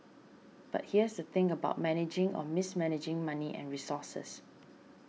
but here's the thing about managing or mismanaging money and resources